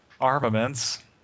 armaments